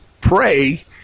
pray